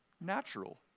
natural